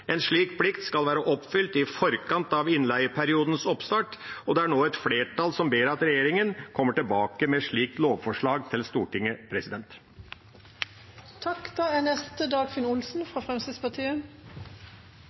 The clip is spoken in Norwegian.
En slik plikt skal være oppfylt i forkant av innleieperiodens oppstart, og det er nå et flertall som ber om at regjeringen kommer tilbake til Stortinget med et slikt lovforslag.